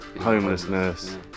homelessness